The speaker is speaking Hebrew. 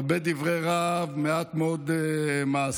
הרבה דברי רהב, מעט מאוד מעשים.